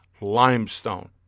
limestone